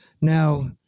Now